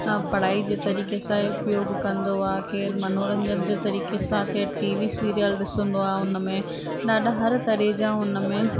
पढ़ाई जे तरीक़े सां उपयोग कंदो आहे केर मनोरंजन जे तरीक़े सां केर टी वी सीरियल ॾिसंदो आहे हुन में ॾाढा हर तरह जा हुन में